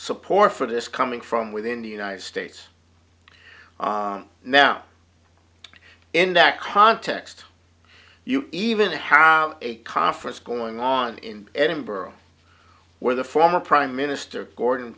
support for this coming from within the united states now in that context you even have a conference going on in edinburgh where the former prime minister gordon